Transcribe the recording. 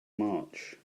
march